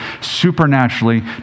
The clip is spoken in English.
supernaturally